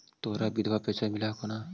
तोहरा विधवा पेन्शन मिलहको ने?